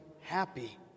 happy